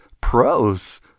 pros